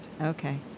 Okay